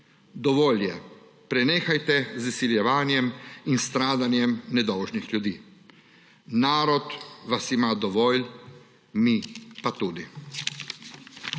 Dovolj je. Prenehajte z izsiljevanjem in stradanjem nedolžnih ljudi. Narod vas ima dovolj mi pa tudi.